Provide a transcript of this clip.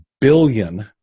billion